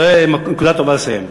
זו נקודה טובה לסיים.